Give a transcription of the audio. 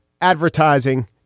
advertising